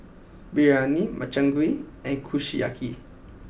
Biryani Makchang Gui and Kushiyaki